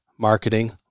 marketing